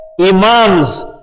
imams